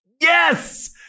Yes